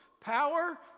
power